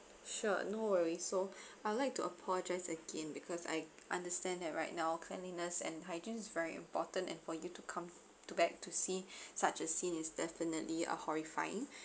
sure no worries so I'd like to apologize again because I understand that right now cleanliness and hygiene is very important and for you to come to back to see such a scene is definitely a horrifying